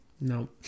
No